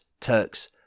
Turks